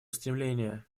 устремления